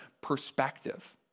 perspective